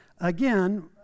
Again